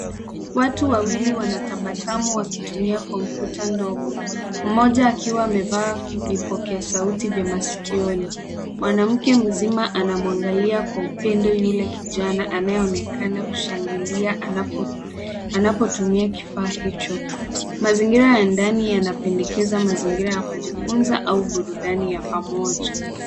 Watu wawili wanatabasamu wakitumia kompyuta ndogo mmoja akiwa amevaa vipokea sauti vya masikioni. Mwanamke mzima anamwangalia kwa upendo yule kijana anayeonekana kushangilia anapotumia kifaa hicho. Mazingira ya ndani yanapendekeza mazingira ya kujifunza au burudani ya pamoja.